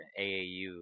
AAU